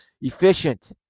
efficient